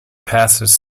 passes